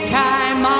time